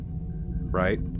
right